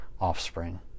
offspring